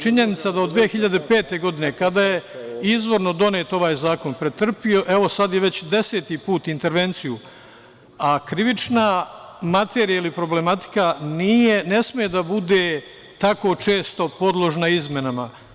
Činjenica je da je od 2005. godine, kada je izvorno donet ovaj zakon, pretrpeo evo već sad 10 intervenciju, a krivična materija ili problematika ne sme da bude tako često podležna izmenama.